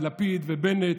לפיד ובנט,